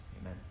Amen